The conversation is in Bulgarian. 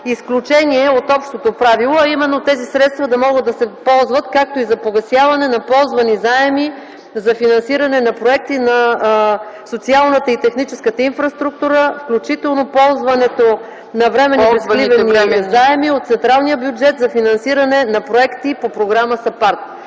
изключение от общото правило, а именно тези средства да могат да се ползват „както за погасяване на ползвани заеми, за финансиране на проекти на социалната и техническата инфраструктура, включително ползваните временни безлихвени заеми от централния бюджет за финансиране на проекти по Програма САПАРД”.